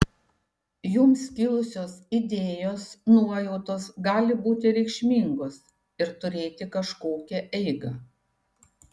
jums kilusios idėjos nuojautos gali būti reikšmingos ir turėti kažkokią eigą